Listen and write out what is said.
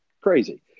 crazy